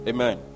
Amen